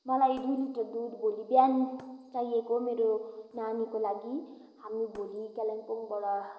मलाई दुई लिटर दुध भोलि बिहान चाहिएको मेरो नानीको लागि हामी भोलि कालिम्पोङबाट